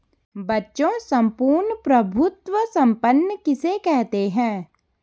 बच्चों सम्पूर्ण प्रभुत्व संपन्न किसे कहते हैं?